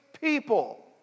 people